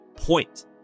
point